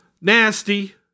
nasty